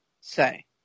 say